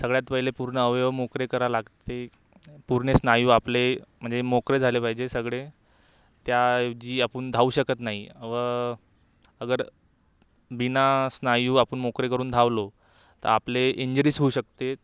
सगळ्यात पहिले पूर्ण अवयव मोकळे करावे लागते पूर्ण स्नायू आपले म्हणजे मोकळे झाले पाहिजे सगळे त्याऐवजी आपण धावू शकत नाही व अगर बिना स्नायू आपण मोकळे करून धावलो तर आपले इंजरीस होऊ शकते